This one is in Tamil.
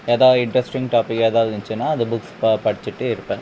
எதா இன்ட்ரெஸ்ட்டிங் டாபிக் எதாவது இருந்துச்சுனால் அது புக்ஸ் பா படித்துட்டு இருப்பேன்